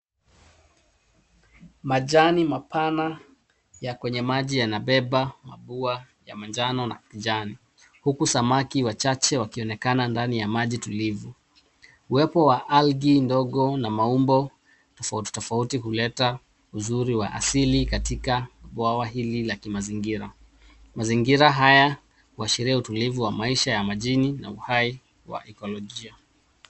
Majani mapana ya kwenye maji yanabeba ua ya manjano na kijani huku samaki wachache wakionekana ndani ya maji tulivu. Uwepo wa algae ndogo na maumbo tofauti tofauti huleta uzuri wa asili katika bwawa hili la kimazingira. Mazingira haya huashiria utulivu wa maisha ya majini na uhai wa ekolojia.